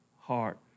heart